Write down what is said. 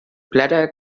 bladder